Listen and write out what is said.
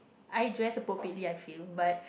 I dress properly I feel but